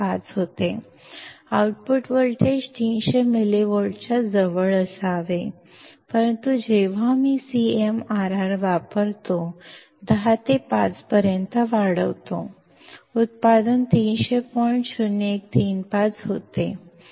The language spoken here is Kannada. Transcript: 5 ಔಟ್ಪುಟ್ ವೋಲ್ಟೇಜ್ 300 ಮಿಲಿವೋಲ್ಟ್ಗಳಿಗೆ ಹತ್ತಿರದಲ್ಲಿರಬೇಕು ಆದರೆ ನಾನು CMRR ಅನ್ನು 10 ಕ್ಕೆ ಸಮನಾಗಿ 5 ಕ್ಕೆ ಏರಿಸಿದಾಗ ಔಟ್ಪುಟ್ 300